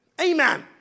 Amen